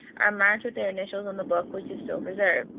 are marked with their initials in the book, which is still preserved,